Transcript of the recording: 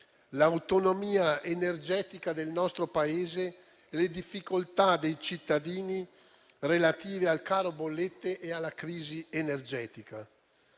l'autonomia energetica del nostro Paese e le difficoltà dei cittadini relative al caro bollette e alla crisi energetica.